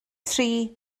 tri